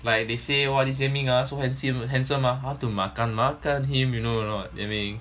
like they say what this yan ming ah so handsome handsome ah how to makan makan him you know or not eh ming